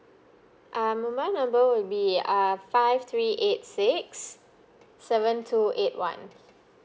um mobile number would be err five three eight six seven two eight one